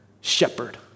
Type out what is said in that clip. shepherd